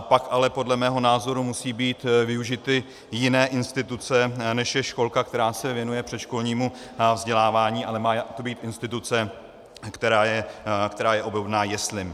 Pak ale podle mého názoru musí být využity jiné instituce, než je školka, která se věnuje předškolnímu vzdělávání, ale má to být instituce, která je obdobná jeslím.